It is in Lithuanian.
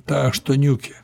ta aštuoniukė